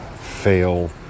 fail